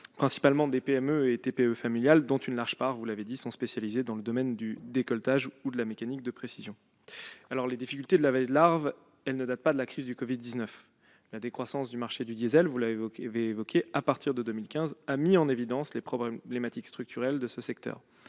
principalement des PME et des TPE familiales, qui, pour une large part, sont spécialisées dans le domaine du décolletage ou de la mécanique de précision. Les difficultés de la vallée de l'Arve ne datent pas de la crise du Covid-19. La décroissance du marché du diesel à partir de 2015 a mis en évidence les problématiques structurelles de ce secteur